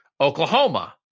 Oklahoma